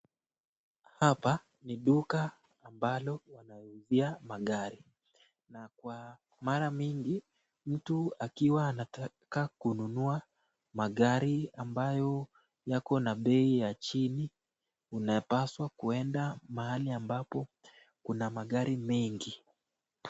Hapa ni duka ambalo wanauzia magari. Na kwa mara mingi mtu akiwa anataka kununua magari ambayo yako na bei ya chini, unapaswa kuenda mahali ambapo kuna magari mengi.